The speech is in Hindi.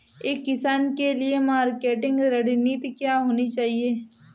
एक किसान के लिए मार्केटिंग रणनीति क्या होनी चाहिए?